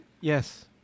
Yes